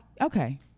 Okay